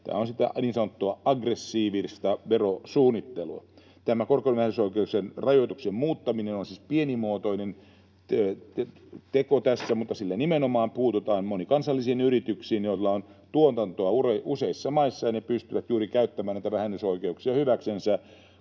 Tämä on sitä niin sanottua aggressiivista verosuunnittelua. Tämä korkovähennysoikeuden rajoituksen muuttaminen on siis pienimuotoinen teko tässä, mutta sillä nimenomaan puututaan monikansallisiin yrityksiin, joilla on tuotantoa useissa maissa ja jotka pystyvät juuri käyttämään näitä vähennysoikeuksia hyväksensä